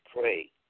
pray